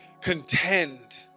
contend